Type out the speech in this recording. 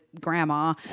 grandma